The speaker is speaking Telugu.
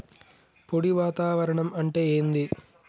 పొడి వాతావరణం అంటే ఏంది?